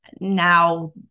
Now